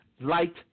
light